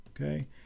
Okay